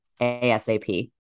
ASAP